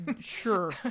sure